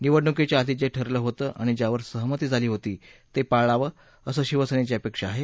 निवडणुकीच्या आधी जे ठरलं होतं आणि ज्यावर सहमती झाली होती ते पाळावं अशी शिवसेनेची अपेक्षा आहे